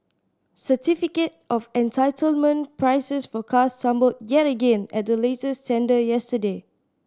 certificate of entitlement prices for cars tumbled yet again at the latest tender yesterday